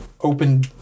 open